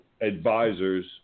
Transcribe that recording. advisors